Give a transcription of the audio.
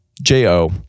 j-o